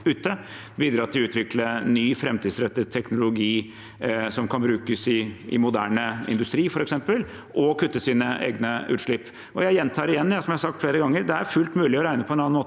bidra til å utvikle ny og framtidsrettet teknologi som kan brukes i moderne industri, f.eks., og kutte egne utslipp. Jeg gjentar igjen det jeg har sagt flere ganger: Det er fullt mulig å regne på en annen måte,